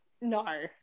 No